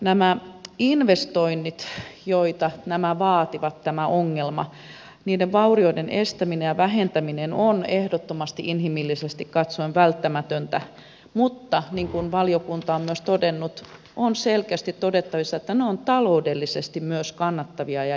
nämä investoinnit joita tämä ongelma vaatii ja vaurioiden estäminen ja vähentäminen ovat ehdottomasti inhimillisesti katsoen välttämättömiä mutta niin kuin valiokunta on myös todennut on selkeästi todettavissa että ne ovat taloudellisesti myös kannattavia ja järkeviä